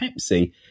Pepsi